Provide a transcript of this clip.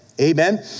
Amen